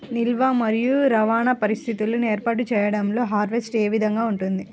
నిల్వ మరియు రవాణా పరిస్థితులను ఏర్పాటు చేయడంలో హార్వెస్ట్ ఏ విధముగా ఉంటుంది?